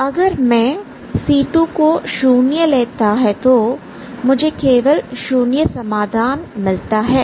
अगर मैं c2 को शून्य लेता है तो मुझे केवल शून्य समाधान मिलता है